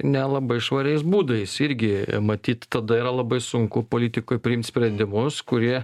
nelabai švariais būdais irgi matyt tada yra labai sunku politikoj priimt sprendimus kurie